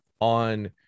on